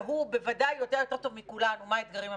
והוא בוודאי יודע יותר טוב מכולנו מה האתגרים הביטחוניים,